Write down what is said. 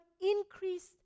increased